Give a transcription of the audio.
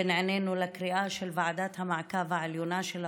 נענינו לקריאה של ועדת המעקב העליונה של האוכלוסייה,